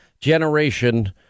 generation